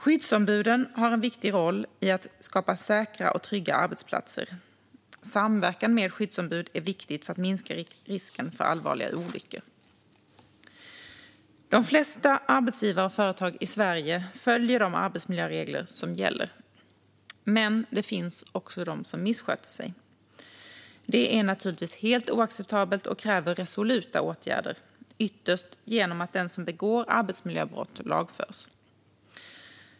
Skyddsombuden har en viktig roll i att skapa säkra och trygga arbetsplatser. Samverkan med skyddsombud är viktigt för att minska risken för allvarliga olyckor. De flesta arbetsgivare och företag i Sverige följer de arbetsmiljöregler som gäller. Men det finns också de som missköter sig. Det är naturligtvis helt oacceptabelt och kräver resoluta åtgärder, ytterst genom att den som begår arbetsmiljöbrott lagförs.